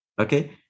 okay